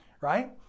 right